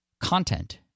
Content